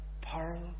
pearl